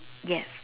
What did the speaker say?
yes